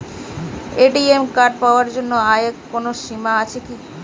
ATM card পাওয়ার জন্য আয়ের কোনো সীমা আছে কি?